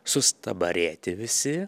sustabarėti visi